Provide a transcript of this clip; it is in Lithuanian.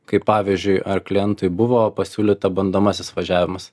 kaip pavyzdžiui ar klientui buvo pasiūlyta bandomasis važiavimas